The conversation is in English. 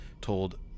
told